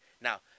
now